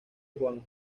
juan